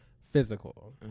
physical